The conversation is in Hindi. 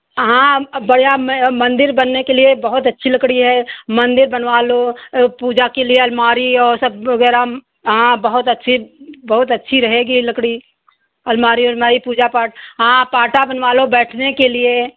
हाँ अब बड़ा मंदिर बनने के लिए बहुत अच्छी लकड़ी है मंदिर बनवा लो पूजा के लिए अलमारी और वो सब वगैरह हाँ बहुत अच्छी बहुत अच्छी रहेगी लकड़ी अलमारी वोलमारी पूजा पाठ हाँ पाटा बनवा लो बैठने के लिए